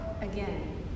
again